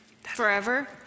Forever